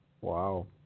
Wow